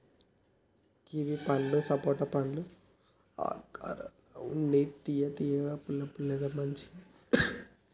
kiwi పండ్లు సపోటా పండ్ల ఆకారం ల ఉండి తియ్య తియ్యగా పుల్ల పుల్లగా మంచిగుంటున్నాయ్